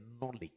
knowledge